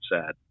sad